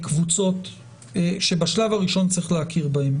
קבוצות שבשלב הראשון צריך להכיר בהן.